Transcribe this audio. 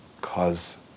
cause